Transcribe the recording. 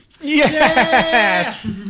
Yes